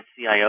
CIO